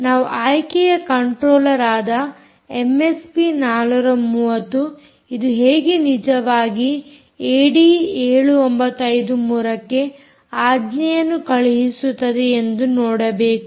ನಾವು ಆಯ್ಕೆಯ ಕಂಟ್ರೋಲ್ಲರ್ ಆದ ಎಮ್ಎಸ್ಪಿ 430 ಇದು ಹೇಗೆ ನಿಜವಾಗಿ ಏಡಿಈ 7953 ಕ್ಕೆ ಆಜ್ಞೆಯನ್ನು ಕಳುಹಿಸುತ್ತದೆ ಎಂದು ನೋಡಬೇಕು